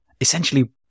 Essentially